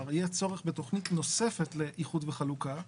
יהיה צורך בתכנית נוספת לאיחוד וחלוקה,